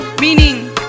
meaning